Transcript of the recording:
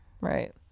Right